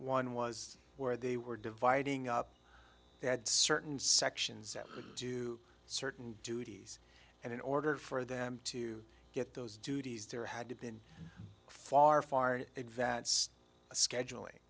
one was where they were dividing up they had certain sections that would do certain duties and in order for them to get those duties there had to been far far in advance scheduling